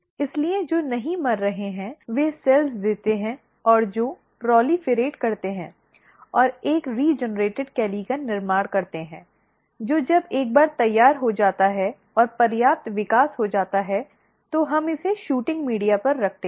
इसलिए जो नहीं मर रहे हैं वे सेल्स देते हैं और जो प्रोलिफ़र्एट करते हैं और एक रीजेनरेटेड कैली का निर्माण करते हैं जो जब एक बार तैयार हो जाता है और पर्याप्त विकास हो जाता है तो हम इसे शूटिंग मीडिया पर रखते हैं